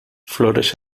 flores